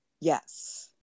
Yes